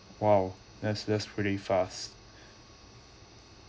!wow! that's that's pretty fast